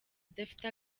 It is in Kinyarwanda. adafite